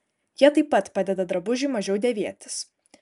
jie taip pat padeda drabužiui mažiau dėvėtis